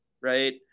right